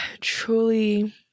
truly